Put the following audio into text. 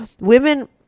women